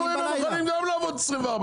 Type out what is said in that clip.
אבל הם אומרים שהם גם מוכנים לעבוד 24 שעות.